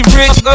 rich